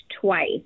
twice